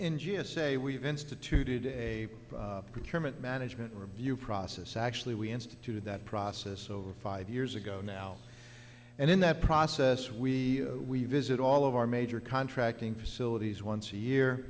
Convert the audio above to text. in just say we've instituted a primitive management review process actually we instituted that process over five years ago now and in that process we we visit all of our major contracting facilities once a year